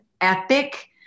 epic